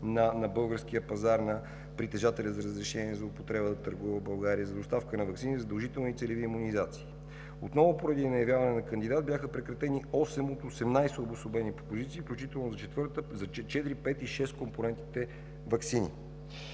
на българския пазар – на притежателя за разрешение за употреба да търгува в България – за доставка на ваксини за задължителни и целеви имунизации. Отново поради неявяване на кандидат бяха прекратени осем от осемнадесет обособени позиции, включително за четири-, пет- и шесткомпонентни ваксини.